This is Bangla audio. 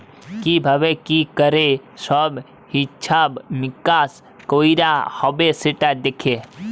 কি ভাবে কি ক্যরে সব হিছাব মিকাশ কয়রা হ্যবে সেটা দ্যাখে